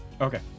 Okay